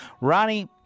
Ronnie